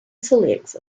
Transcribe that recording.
selects